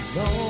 no